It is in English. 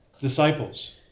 disciples